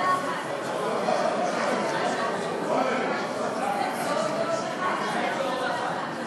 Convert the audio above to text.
כספיות בגין עריכת נישואין אזרחיים בחוץ-לארץ למי